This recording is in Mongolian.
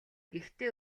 гэхдээ